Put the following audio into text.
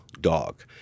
dog